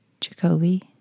Jacoby